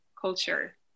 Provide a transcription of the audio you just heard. culture